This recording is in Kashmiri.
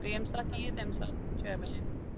تُہۍ ییٚمہِ ساتہٕ یِیِو تَمہِ ساتہٕ چھِ اٮ۪ویلیبٕل